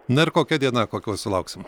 na ir kokia diena kokios sulauksim